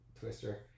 twister